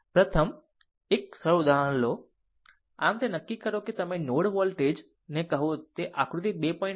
આમ પ્રથમ આમ એક સરળ ઉદાહરણ લો આમ તે નક્કી કરો કે તમે નોડ વોલ્ટેજ ને કહો તે આકૃતિ 2